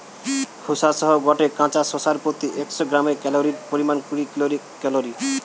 খোসা সহ গটে কাঁচা শশার প্রতি একশ গ্রামে ক্যালরীর পরিমাণ কুড়ি কিলো ক্যালরী